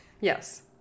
Yes